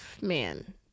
Man